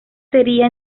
sería